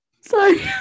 sorry